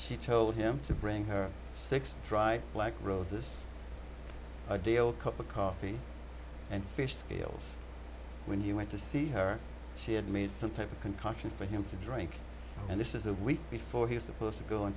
she told him to bring her sex drive black roses deal cup of coffee and fish scales when he went to see her she had made some type of concoction for him to drink and this is a week before he was supposed to go on